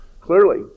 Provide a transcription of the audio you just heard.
Clearly